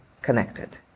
connected